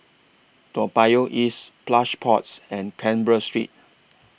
Toa Payoh East Plush Pods and Canberra Street